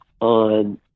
on